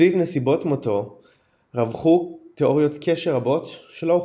סביב נסיבות מותו רווחו תאוריות קשר רבות שלא הוכחו.